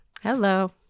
Hello